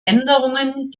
änderungen